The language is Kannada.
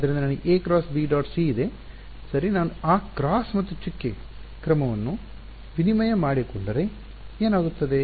ಆದ್ದರಿಂದ ನನಗೆ a × b · c ಇದೆ ಸರಿ ನಾನು ಆ ಕ್ರಾಸ್ ಮತ್ತು ಚುಕ್ಕೆ ಕ್ರಮವನ್ನುವಿನಿಮಯ ಮಾಡಿಕೊಂಡರೆ ಏನಾಗುತ್ತದೆ